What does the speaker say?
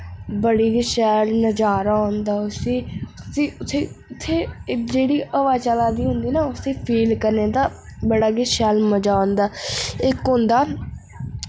बड़ी गै शैल नजारा होंदा उस्सी उस्सी उस्सी उत्थै एह् जेह्ड़ी हवा चला दी होंदी ना उस्सी फील करने दा बड़ा गै शैल मजा औंदा इक होंदा